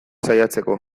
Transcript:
saiatzeko